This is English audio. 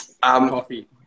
Coffee